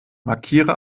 markiere